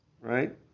Right